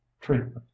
Treatment